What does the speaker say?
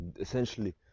Essentially